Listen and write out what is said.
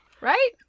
Right